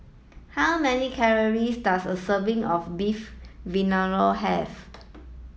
how many calories does a serving of Beef Vindaloo have